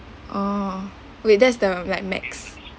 oh wait that is the like max